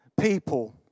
people